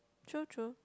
true true